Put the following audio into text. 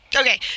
Okay